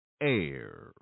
air